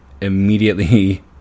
Immediately